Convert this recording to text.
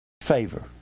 favor